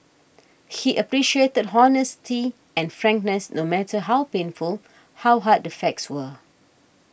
he appreciated honesty and frankness no matter how painful how hard the facts were